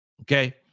okay